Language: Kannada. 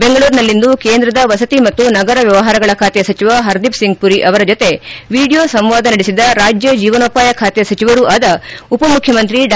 ಬೆಂಗಳೂರಿನಲ್ಲಿಂದು ಕೇಂದ್ರದ ವಸತಿ ಮತ್ತು ನಗರ ವ್ಯವಹಾರಗಳ ಖಾತೆ ಸಚಿವ ಹರಿದೀಪ್ಸಿಂಗ್ ಪುರಿ ಅವರ ಜತೆ ವಿಡಿಯೋ ಸಂವಾದ ನಡೆಸಿದ ರಾಜ್ಯ ಜೀವನೋಪಾಯ ಖಾತೆ ಸಚಿವರೂ ಆದ ಉಪ ಮುಖ್ಯಮಂತ್ರಿ ಡಾ